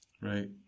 right